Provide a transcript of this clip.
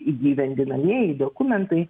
įgyvendinamieji dokumentai